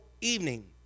evening